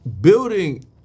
Building